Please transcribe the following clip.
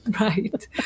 right